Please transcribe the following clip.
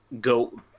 go